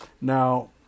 Now